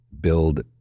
build